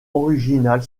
originale